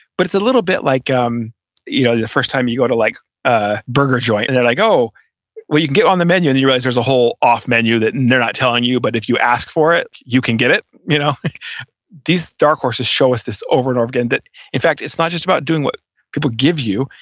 but it's a little bit like um you know the first time you go to like a burger joint and they're like, oh well you can get on the menu and you realize there's a whole off menu that and they're not telling you. but if you ask for it, you can get it. you know these dark horses show us this over and over again. in fact, it's not just about doing what people give you,